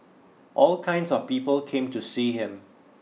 all kinds of people came to see him